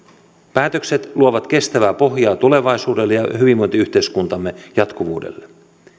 päätökset luovat kestävää pohjaa tulevaisuudelle ja hyvinvointiyhteiskuntamme jatkuvuudelle